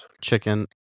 chicken